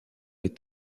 est